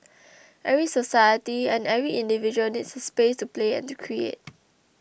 every society and every individual needs a space to play and to create